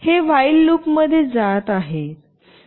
आणि हे while loop मध्ये जात आहे